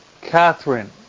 Catherine